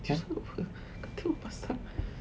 katil belum pasang